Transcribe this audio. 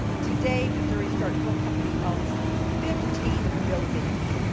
today, missouri star quilt company owns fifteen buildings.